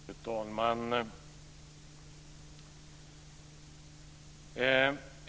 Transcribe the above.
Fru talman!